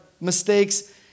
mistakes